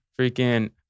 Freaking